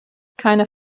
keine